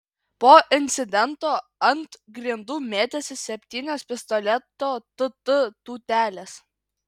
po incidento ant grindų mėtėsi septynios pistoleto tt tūtelės